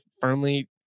firmly